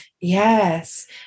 yes